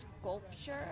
sculpture